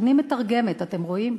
אני מתרגמת, אתם רואים?